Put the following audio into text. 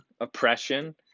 oppression